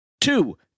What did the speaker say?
Two